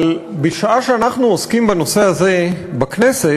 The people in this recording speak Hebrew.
אבל בשעה שאנחנו עוסקים בנושא הזה בכנסת,